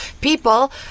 people